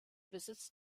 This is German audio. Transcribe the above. besitzt